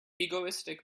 egoistic